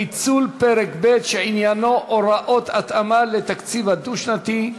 פיצול פרק ב' שעניינו הוראות התאמה לתקציב הדו-שנתי.